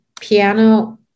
piano